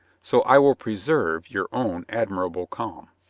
so i will preserve your own admirable calm.